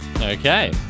Okay